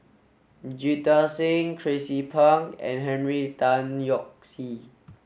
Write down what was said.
Jita Singh Tracie Pang and Henry Tan Yoke See